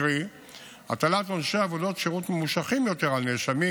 קרי הטלת עונשי עבודות שירות ממושכים יותר על נאשמים